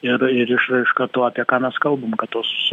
ir ir išraiška to apie ką mes kalbam kad tos